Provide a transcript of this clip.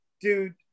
Dude